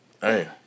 Hey